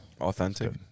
Authentic